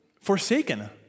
forsaken